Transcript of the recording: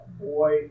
boy